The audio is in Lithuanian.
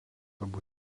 abu